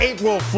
April